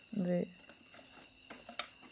ते